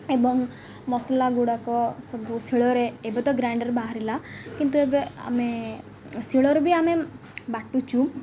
ଏବଂ ମସଲାଗୁଡ଼ାକ ସବୁ ଶିଳରେ ଏବେ ତ ଗ୍ରାଇଣ୍ଡର୍ ବାହାରିଲା କିନ୍ତୁ ଏବେ ଆମେ ଶିଳରେ ବି ଆମେ ବାଟୁଛୁ